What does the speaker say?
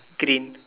green